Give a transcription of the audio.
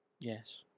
yes